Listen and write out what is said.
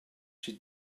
she